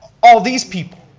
all these people,